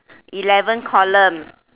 eleven column